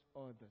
others